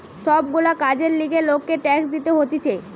সব গুলা কাজের লিগে লোককে ট্যাক্স দিতে হতিছে